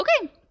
Okay